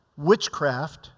Witchcraft